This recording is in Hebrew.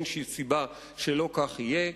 אין סיבה שלא כך יהיה.